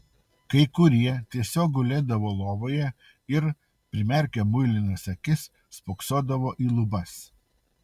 kai kurie tiesiog gulėdavo lovoje ir primerkę muilinas akis spoksodavo į lubas